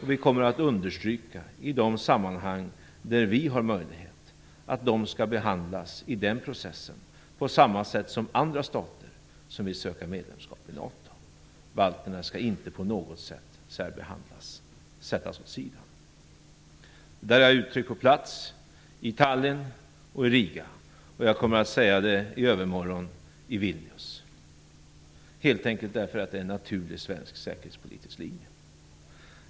I de sammanhang där vi har möjlighet kommer vi att understryka att de skall behandlas på samma sätt i processen som andra stater som vill söka medlemskap i NATO. Balterna skall inte på något sätt särbehandlas eller sättas åt sidan. Jag har uttryckt detta på plats i Tallin och i Riga, och jag kommer att säga det i övermorgon i Vilnius. Det är helt enkelt en naturlig svensk säkerhetspolitisk linje.